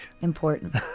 Important